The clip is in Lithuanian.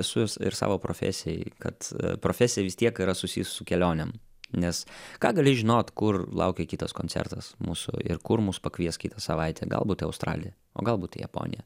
esu i ir savo profesijai kad profesija vis tiek yra susijus su kelionėm nes ką gali žinot kur laukia kitas koncertas mūsų ir kur mus pakvies kitą savaitę gal būt į australiją o galbūt į japoniją